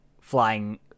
flying